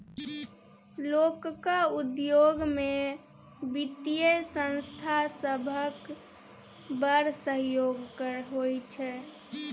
लोकक उद्योग मे बित्तीय संस्था सभक बड़ सहयोग होइ छै